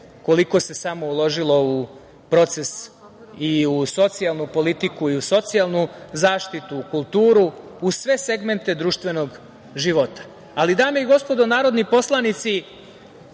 koliko se samo uložilo u proces i u socijalnu politiku i u socijalnu zaštitu u kulturu u sve segmente društvenog života. Dame i gospodo narodni poslanici,